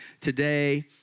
today